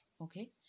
Okay